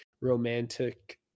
romantic